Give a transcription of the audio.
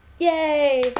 Yay